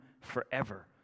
forever